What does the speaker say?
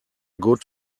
good